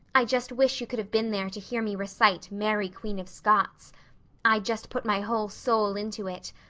i just wish you could have been there to hear me recite mary, queen of scots i just put my whole soul into it.